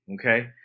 Okay